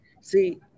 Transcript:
See